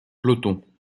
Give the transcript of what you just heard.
peloton